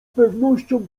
pewnością